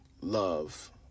Love